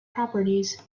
properties